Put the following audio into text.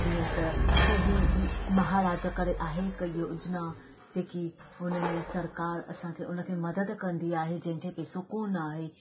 जीअं त कईं ई महाराजा करे आहे हिकु योजना जेकी हुन में सरकार असांखे उन खे मदद कंदी आहे जंहिंखे पैसो कोन आहे